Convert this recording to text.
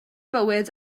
bywyd